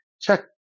check